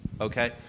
Okay